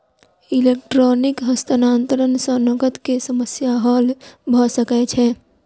electronic हस्तांतरण सॅ नकद के समस्या हल भ सकै छै